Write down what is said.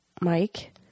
Mike